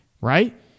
right